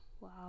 Wow